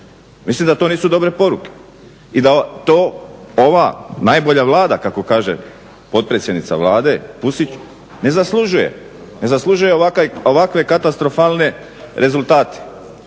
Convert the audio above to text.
Mislim da to nisu dobre poruke i da to ova najbolja Vlada kako kaže potpredsjednica Vlade Pusić ne zaslužuje, ne zaslužuje katastrofalne rezultate.